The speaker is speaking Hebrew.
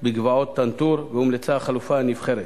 בגבעות טנטור, והומלצה החלופה הנבחרת.